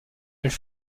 elle